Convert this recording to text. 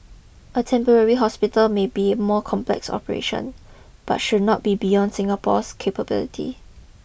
a temporary hospital may be a more complex operation but should not be beyond Singapore's capability